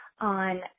on